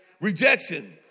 rejection